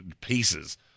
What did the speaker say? pieces